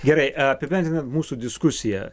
gerai apibendrinant mūsų diskusiją